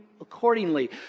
accordingly